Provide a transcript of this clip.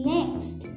Next